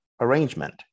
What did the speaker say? arrangement